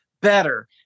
better